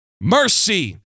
mercy